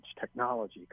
technology